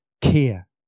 care